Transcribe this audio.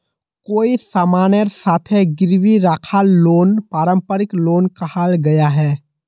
कोए सामानेर साथे गिरवी राखाल लोन पारंपरिक लोन कहाल गयाहा